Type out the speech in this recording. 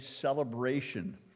celebration